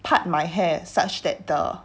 part my hair such that the